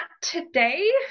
today